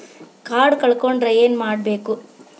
Card ಕಳ್ಕೊಂಡ್ರ ಏನ್ ಮಾಡಬೇಕು?